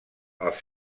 els